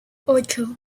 ocho